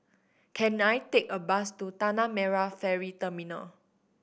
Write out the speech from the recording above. can I take a bus to Tanah Merah Ferry Terminal